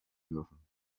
dürfen